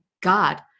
god